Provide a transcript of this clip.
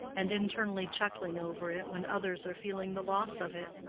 and internally chuckling over it, when others are feeling the loss of it.